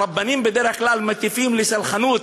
הרבנים בדרך כלל מטיפים לסלחנות,